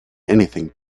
anything